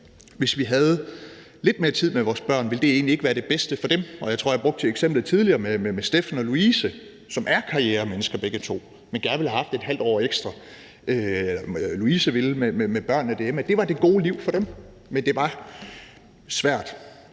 hvis de havde lidt mere tid med deres børn, og om det egentlig ikke ville være det bedste for dem, og jeg tror, jeg brugte eksemplet tidligere med Steffen og Louise, som begge to er karrieremennesker, men Louise ville gerne have haft et halvt år ekstra med børnene derhjemme. Det var det gode liv for dem, men det var svært